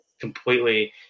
completely